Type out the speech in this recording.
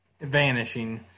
vanishing